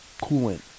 coolant